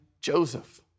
Joseph